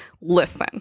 Listen